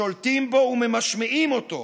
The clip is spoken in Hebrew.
שולטים בו וממשמעים אותו,